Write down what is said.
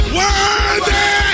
worthy